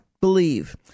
believe